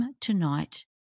tonight